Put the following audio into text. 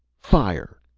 fire!